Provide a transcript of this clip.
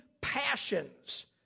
passions